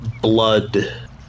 blood